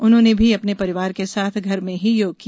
उन्होंने भी अपने परिवार के साथ घर में ही योग किया